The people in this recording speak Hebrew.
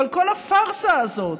אבל כל הפארסה הזאת